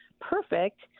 perfect